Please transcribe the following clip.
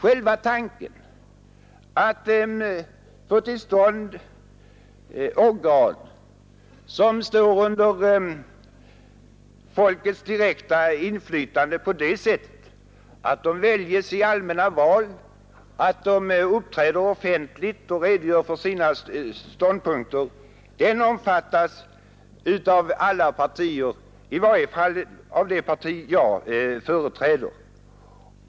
Själva tanken att få till stånd organ som står under folkets direkta inflytande på det sättet att de väljs i allmänna val, att de uppträder offentligt och redogör för sina ståndpunkter, omfattas väl av alla partier — i varje fall av det parti jag företräder.